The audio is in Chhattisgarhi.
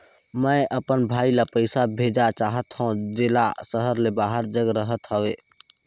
मैं अपन भाई ल पइसा भेजा चाहत हों, जेला शहर से बाहर जग रहत हवे